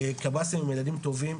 וקבסי"ם הם ילדים טובים.